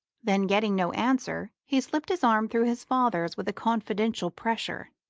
then, getting no answer, he slipped his arm through his father's with a confidential pressure.